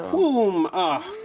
boom, ah,